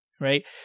right